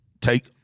Take